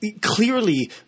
clearly